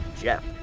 Jeff